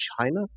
China